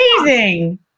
amazing